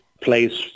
place